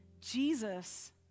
Jesus